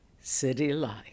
citylife